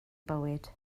bywyd